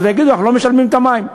לא, זה היה בעידן הקודם.